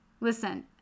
Listen